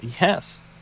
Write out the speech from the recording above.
yes